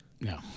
No